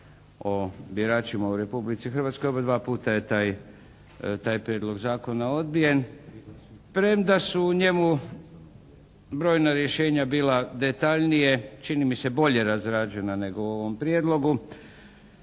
o biračima u Republici Hrvatskoj. Obadva puta je taj prijedlog zakona odbijen, premda su u njemu brojna rješenja bila detaljnije čini mi se bolje razrađena nego u ovom prijedlogu.